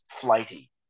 flighty